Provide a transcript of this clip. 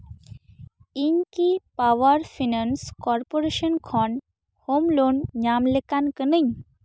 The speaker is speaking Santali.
ᱤᱧ ᱠᱤ ᱯᱟᱣᱟᱨ ᱯᱷᱤᱱᱮᱱᱥ ᱠᱳᱨᱯᱳᱨᱮᱥᱮᱱ ᱠᱷᱚᱱ ᱦᱳᱢ ᱞᱳᱱ ᱧᱟᱢ ᱞᱮᱠᱟᱱ ᱠᱟᱹᱱᱟᱹᱧ